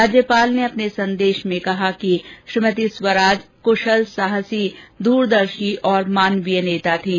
राज्यपाल ने अपने संदेश में कहा कि स्वराज कुशल साहसी दूरदर्शी और मानवीय नेता थीं